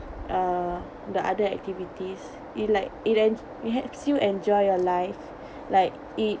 uh the other activities it like it and it helps you enjoy your life like it~